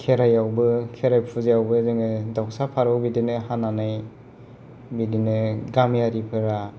खेरायावबो खेराय फुजायावबो जोङो दाउसा फारौ बिदिनो हानानै बिदिनो गामियारिफोरा